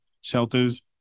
shelters